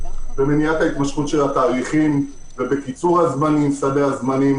במניעת ההתמשכות של התהליכים ובקיצור סדי הזמנים,